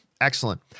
Excellent